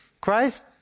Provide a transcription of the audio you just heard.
Christ